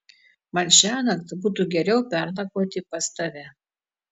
man šiąnakt būtų geriau pernakvoti pas tave